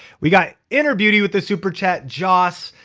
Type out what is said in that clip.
we got inner beauty with the super chat. josh,